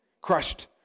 crushed